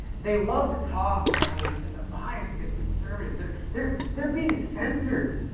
they love to talk about how there's. there's a bias against conservatives. they're. they're. they're being censored!